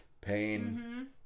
pain